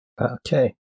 Okay